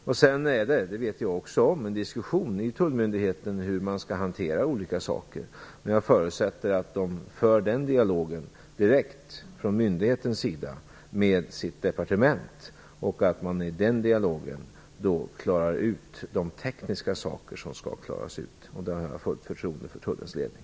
Jag vet att det inom tullmyndigheten förekommer en diskussion om hur man skall hantera olika saker, men jag förutsätter att myndigheten för den dialogen direkt med sitt departement och att man i den dialogen klarar ut de tekniska frågor som skall klaras ut. På den punkten har jag fullt förtroende för Tullens ledning.